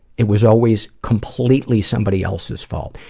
it was always completely somebody else's fault.